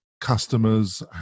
customers